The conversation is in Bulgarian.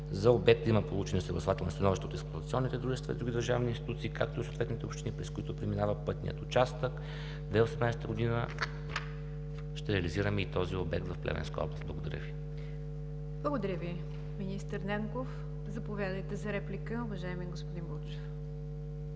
За обекта има получени съгласувателни становища от експлоатационните дружества и други държавни институции, както и от съответните общини, през които преминава пътният участък. През 2018 г. ще реализираме и този обект в Плевенска област. Благодаря Ви. ПРЕДСЕДАТЕЛ НИГЯР ДЖАФЕР: Благодаря Ви, министър Нанков. Заповядайте за реплика, уважаеми господин Бурджев.